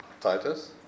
Titus